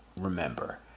remember